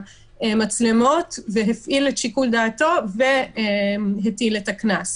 המצלמות והפעיל את שיקול דעתו והטיל את הקנס.